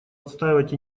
отстаивать